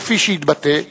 כפי שהתבטא,